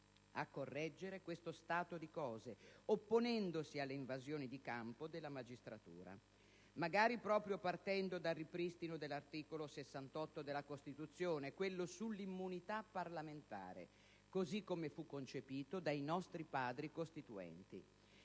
a correggere questo stato di cose, opponendosi alle invasioni di campo della magistratura, magari proprio partendo dal ripristino dell'articolo 68 della Costituzione, quello sull'immunità parlamentare, così come fu concepito dai nostri Padri costituenti.